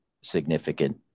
significant